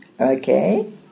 Okay